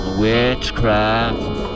witchcraft